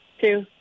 two